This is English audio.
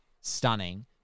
stunning